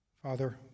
Father